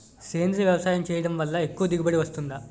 సేంద్రీయ వ్యవసాయం చేయడం వల్ల ఎక్కువ దిగుబడి వస్తుందా?